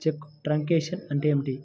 చెక్కు truncation అంటే ఏమిటి?